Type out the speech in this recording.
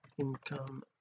income